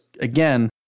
again